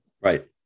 Right